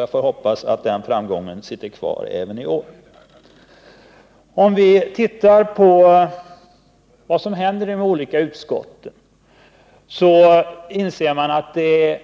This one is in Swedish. Jag hoppas att den framgången är bestående och präglar debatten även i år. Det som kommer fram vid utskottsutfrågningarna är